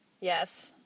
Yes